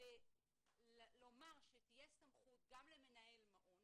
לומר שתהיה סמכות גם למנהל מעון